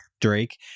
Drake